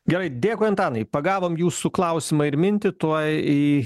gerai dėkui antanai pagavom jūsų klausimą ir mintį tuoj į